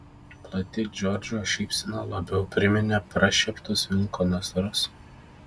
plati džordžo šypsena labiau priminė prašieptus vilko nasrus